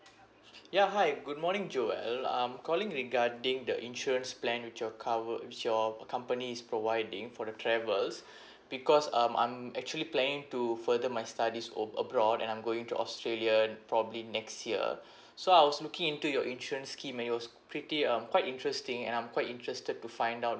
ya hi good morning joel I'm calling regarding the insurance plan with your cover which your company is providing for the travels because um I'm actually planning to further my studies ove~ abroad and I'm going to australia probably next year so I was looking into your insurance scheme mails pretty um quite interesting and I'm quite interested to find out